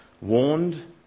Warned